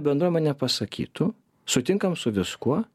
bendruomenė pasakytų sutinkam su viskuo